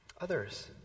Others